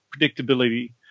predictability